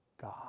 God